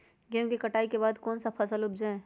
गेंहू के कटाई के बाद कौन सा फसल उप जाए?